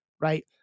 right